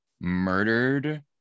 murdered